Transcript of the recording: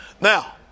Now